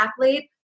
athlete